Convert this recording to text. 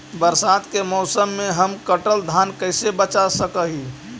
बरसात के मौसम में हम कटल धान कैसे बचा सक हिय?